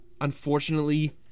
unfortunately